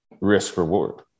risk-reward